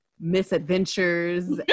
misadventures